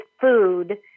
food